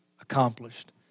accomplished